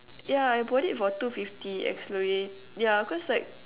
yeah I bought it for two fifty exfoliate yeah cause like